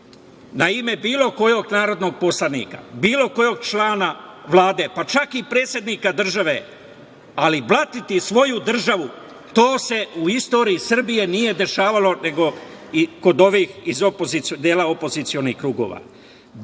na ime bilo kojeg narodnog poslanika, bilo kojeg člana Vlade, pa čak i predsednika države, ali blatiti svoju državu, to se u istoriji Srbije nije dešavalo, nego kod ovog dela opozicionih krugova. Da